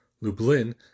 Lublin